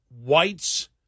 whites